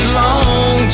long